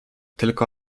tylko